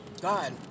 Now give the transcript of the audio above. God